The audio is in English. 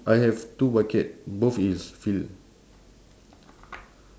I have two bucket both is fill